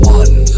one